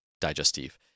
digestive